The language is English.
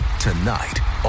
Tonight